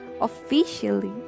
officially